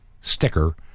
sticker